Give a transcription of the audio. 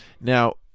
Now